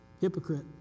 Hypocrite